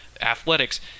athletics